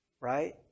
right